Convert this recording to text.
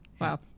Wow